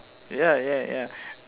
ya ya ya